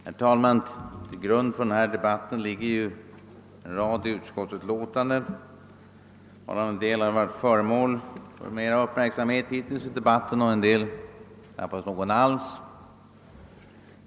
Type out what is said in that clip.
Herr talman! Till grund för denna debatt ligger ju en rad utskottsutlåtanden, varav vissa hittills varit föremål för större uppmärksamhet i debatten, medan andra knappast berörts.